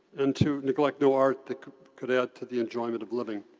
and to neglect no art that could add to the enjoyment of living.